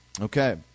Okay